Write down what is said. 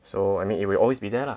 so I mean it will always be there lah